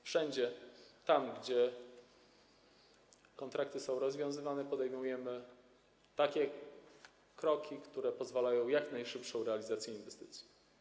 Wszędzie tam, gdzie kontrakty są rozwiązywane, podejmujemy takie kroki, które pozwalają na jak najszybszą realizację inwestycji.